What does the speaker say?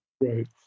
Right